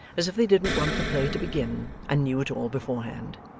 as if they didn't want the play to begin, and knew it all beforehand!